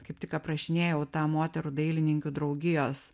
kaip tik aprašinėjau tą moterų dailininkių draugijos